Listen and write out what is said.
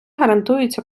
гарантуються